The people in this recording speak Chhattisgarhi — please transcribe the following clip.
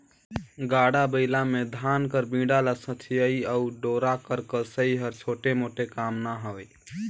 गाड़ा बइला मे धान कर बीड़ा ल सथियई अउ डोरा कर कसई हर छोटे मोटे काम ना हवे